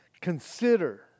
consider